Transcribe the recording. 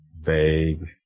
vague